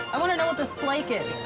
i want to know what this flake is.